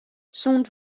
sûnt